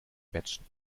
quetschen